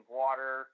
water